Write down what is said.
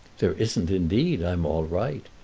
there isn't, indeed i'm all right.